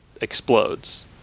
explodes